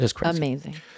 Amazing